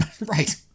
Right